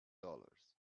dollars